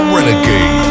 renegade